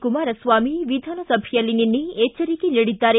ಕುಮಾರಸ್ವಾಮಿ ವಿಧಾನಸಭೆಯಲ್ಲಿ ನಿನ್ನೆ ಎಚ್ಚರಿಕೆ ನೀಡಿದ್ದಾರೆ